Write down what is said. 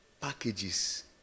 packages